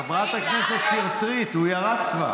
חברת הכנסת שטרית, הוא ירד כבר.